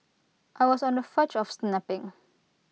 I was on the verge of snapping